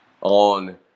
on